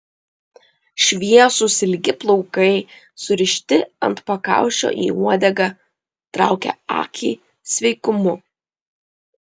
šviesūs ilgi plaukai surišti ant pakaušio į uodegą traukė akį sveikumu